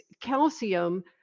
calcium